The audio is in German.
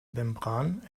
membran